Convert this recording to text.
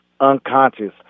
unconscious